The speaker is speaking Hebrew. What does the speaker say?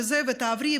ותעברי,